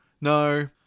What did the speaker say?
no